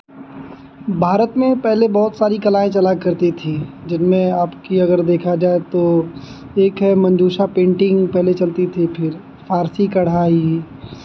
भारत में पहले बहुत सारी कलाएँ चला करती थी जिनमें अबकी अगर देखा जाए तो एक है मंजूषा पेन्टिंग पहले चलती थी फिर फ़ारसी कढ़ाई